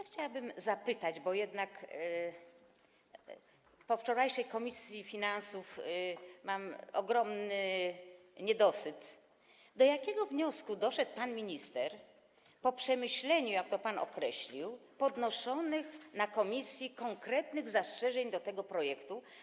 Chciałabym zapytać, bo jednak po wczorajszym posiedzeniu komisji finansów mam ogromny niedosyt, do jakiego wniosku doszedł pan minister po przemyśleniu, jak to pan określił, podnoszonych w komisji konkretnych zastrzeżeń co do tego projektu.